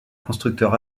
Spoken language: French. constructeur